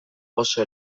oso